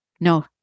no